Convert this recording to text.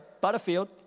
Butterfield